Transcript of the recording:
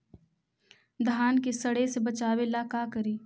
धान के सड़े से बचाबे ला का करि?